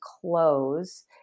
close